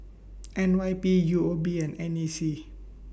N Y P U O B and N A C